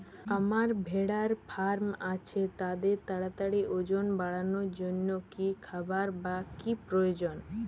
আমার ভেড়ার ফার্ম আছে তাদের তাড়াতাড়ি ওজন বাড়ানোর জন্য কী খাবার বা কী প্রয়োজন?